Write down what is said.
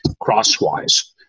crosswise